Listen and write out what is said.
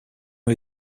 ont